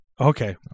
Okay